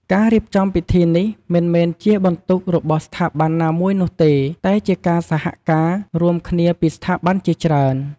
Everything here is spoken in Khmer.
ការរៀបចំពិធីនេះមិនមែនជាបន្ទុករបស់ស្ថាប័នណាមួយនោះទេ តែជាការសហការរួមគ្នាពីស្ថាប័នជាច្រើន។